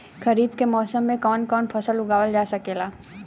खरीफ के मौसम मे कवन कवन फसल उगावल जा सकेला?